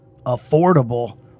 affordable